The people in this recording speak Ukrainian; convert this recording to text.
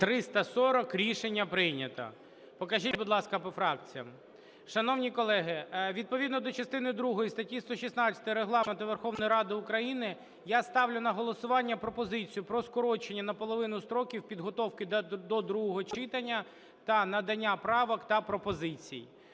За-340 Рішення прийнято. Покажіть, будь ласка, по фракціях. Шановні колеги, відповідно до частини другої статті 116 Регламенту Верховної Ради України я ставлю на голосування пропозицію про скорочення наполовину строків підготовки до другого читання та надання правок та пропозицій.